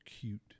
cute